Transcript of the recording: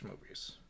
movies